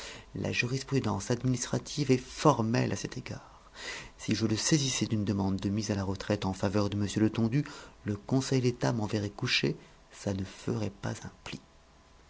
la jurisprudence administrative est formelle à cet égard si je le saisissais d'une demande de mise à la retraite en faveur de m letondu le conseil d'état m'enverrait coucher ça ne ferait pas un pli